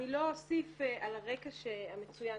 אני לא אוסיף על הרקע המצוין